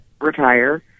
retire